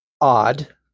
odd